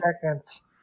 seconds